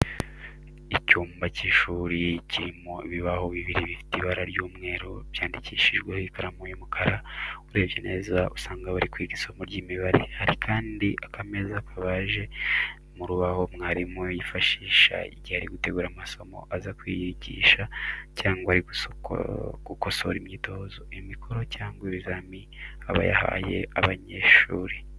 Icyumba cy'ishuri kirimo ibibaho bibiri bifite ibara ry'umweru, byandikishijweho ikaramu y'umukara, urebye neza usanga bari kwiga isomo ry'imibare. Hari kandi akameza kabaje mu rubaho mwarimu yifashisha igihe ari gutegura amasomo aza kwigisha cyangwa ari gukosora imyitozo, imikoro cyangwa ibizami aba yahaye abanyeshuri.